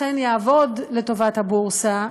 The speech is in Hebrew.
אכן יעבוד לטובת הבורסה,